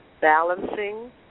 Balancing